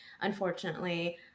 unfortunately